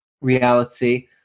reality